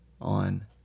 on